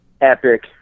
Epic